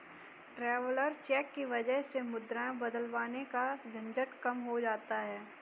traveller cheque की वजह से मुद्राएं बदलवाने का झंझट कम हो जाता है